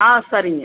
ஆ சரிங்க